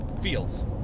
fields